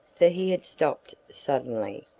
for he had stopped suddenly,